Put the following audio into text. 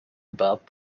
about